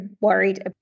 worried